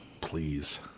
Please